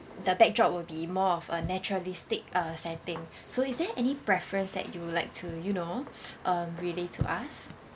the backdrop will be more of a naturalistic uh setting so is there any preference that you would like to you know um relay to us